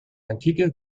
antike